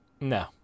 No